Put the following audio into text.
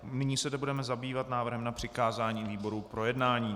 Nyní se budeme zabývat návrhem na přikázání výborům k projednání.